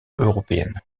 européennes